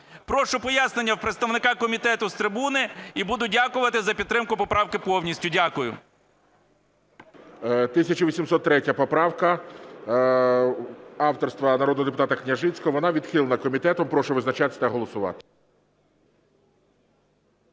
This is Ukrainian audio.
Прошу пояснення у представника комітету з трибуни і буду дякувати за підтримку поправки повністю. Дякую.